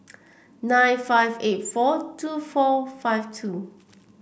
nine five eight four two four five two